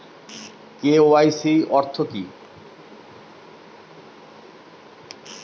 KYC অর্থ কি?